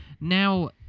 Now